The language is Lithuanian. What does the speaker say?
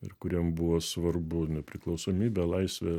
ir kuriem buvo svarbu nepriklausomybė laisvė